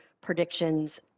predictions